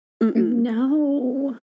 No